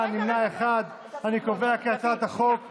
מה, הצבעה שמית, היא ירדה כי לא היה שר.